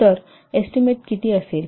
तर एस्टीमेट किती असेल